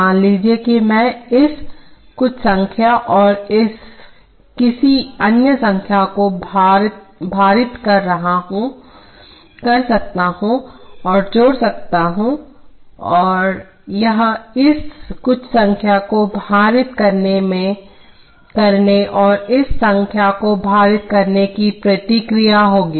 मान लीजिए कि मैं इस कुछ संख्या और इस किसी अन्य संख्या को भारित कर सकता हूं और जोड़ सकता हूं यह इस कुछ संख्या को भारित करने और इस इस संख्या को भारित करने की प्रतिक्रिया होगी